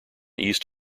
east